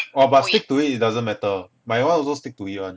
oh but stick to it it doesn't matter my one also stick to it [one]